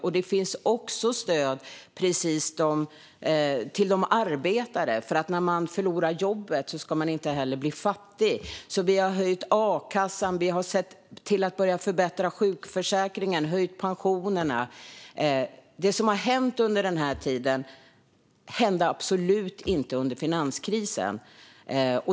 Det finns också stöd till arbetare. När man förlorar jobbet ska man inte bli fattig, så vi har höjt a-kassan, sett till att börja förbättra sjukförsäkringen och höjt pensionerna. Det som har hänt under den här tiden hände absolut inte under finanskrisen.